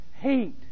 hate